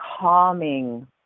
calming